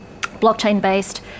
blockchain-based